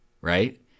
Right